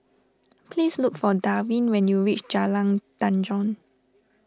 please look for Darwin when you reach Jalan Tanjong